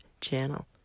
channel